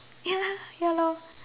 ya ya lor